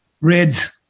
reds